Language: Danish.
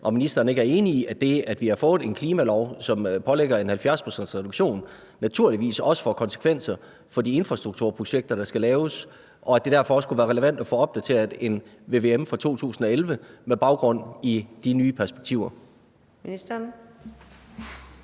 om ministeren ikke er enig i, at det, at vi har fået en klimalov, som pålægger en 70-procentsreduktion, naturligvis også får konsekvenser for de infrastrukturprojekter, der skal laves, og at det derfor også kunne være relevant at få opdateret en vvm fra 2011 med baggrund i de nye perspektiver.